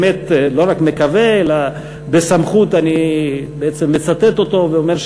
לא רק מקווה אלא בסמכות אני מצטט אותו ואומר,